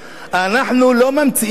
אנחנו לא ממציאים חוק.